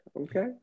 Okay